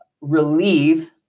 relieve